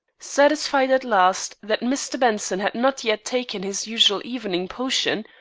satisfied at last that mr. benson had not yet taken his usual evening potion,